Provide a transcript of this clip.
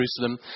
Jerusalem